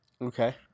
Okay